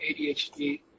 ADHD